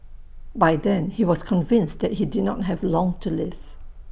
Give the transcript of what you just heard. by then he was convinced that he did not have long to live